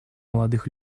молодых